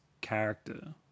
character